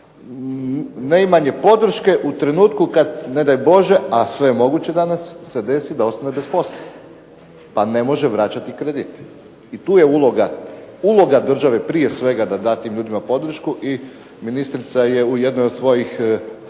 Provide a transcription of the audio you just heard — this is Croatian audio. neimanje podrške u trenutku kad ne daj Bože a sve je moguće danas se desi da ostane posla pa ne može vraćati kredit. I tu je uloga države prije svega da da tim ljudima podršku i ministrica je u jednoj od svojih